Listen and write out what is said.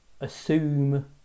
assume